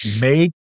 make